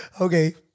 Okay